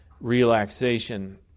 relaxation